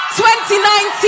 2019